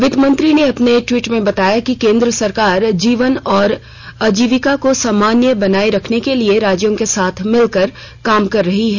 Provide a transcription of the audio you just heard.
वित्त मंत्री ने अपने ट्वीट में बताया कि केंद्र सरकार जीवन और आजीविका को सामान्य बनाए रखने के लिए राज्यों के साथ मिलकर काम कर रही है